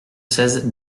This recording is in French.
seize